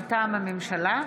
מטעם הממשלה,